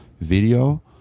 video